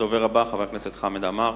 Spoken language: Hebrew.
הדובר הבא, חבר הכנסת חמד עמאר,